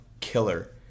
killer